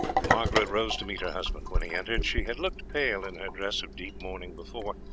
margaret rose to meet her husband when he entered. she had looked pale in her dress of deep mourning before,